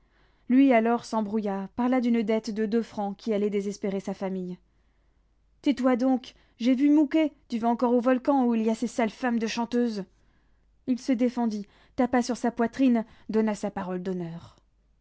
lui alors s'embrouilla parla d'une dette de deux francs qui allait désespérer sa famille tais-toi donc j'ai vu mouquet tu vas encore au volcan où il y a ces sales femmes de chanteuses il se défendit tapa sur sa poitrine donna sa parole d'honneur